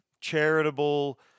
charitable